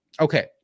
Okay